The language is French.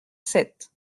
sept